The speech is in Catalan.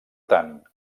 tant